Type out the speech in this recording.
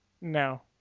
No